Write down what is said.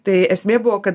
tai esmė buvo kad